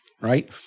right